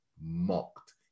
mocked